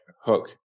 Hook